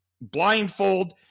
blindfold